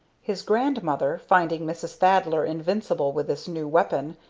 his grandmother, finding mrs. thaddler invincible with this new weapon,